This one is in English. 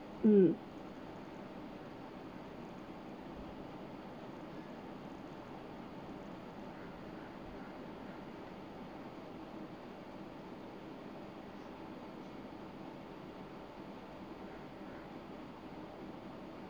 mm